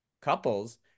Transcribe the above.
couples